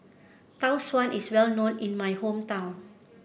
Tau Suan is well known in my hometown